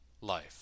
life